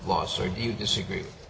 loss or do you disagree